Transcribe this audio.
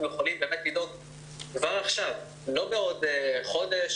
יכולים באמת לדאוג כבר עכשיו לא בעוד חודש.